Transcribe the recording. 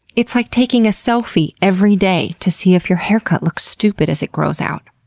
it's like taking a selfie every day to see if your haircut looks stupid as it grows out.